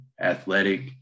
Athletic